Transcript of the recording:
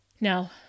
Now